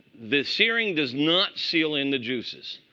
the searing does not seal in the juices.